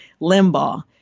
Limbaugh